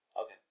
Okay